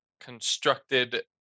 constructed